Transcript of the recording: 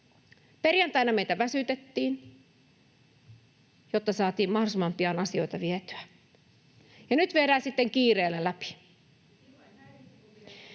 Perjantaina meitä väsytettiin, jotta saatiin mahdollisimman pian asioita vietyä, ja nyt viedään sitten kiireellä läpi.